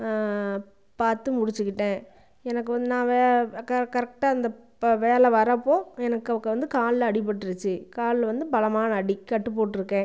பார்த்து முடிச்சுக்கிட்டேன் எனக்கு வந்து நான் க கரெக்டாக அந்த ப வேலை வரப்போது எனக்கு அப்போ வந்து காலில் அடிப்பட்டுருச்சு கால் வந்து பலமான அடி கட்டு போட்டிருக்கேன்